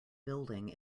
building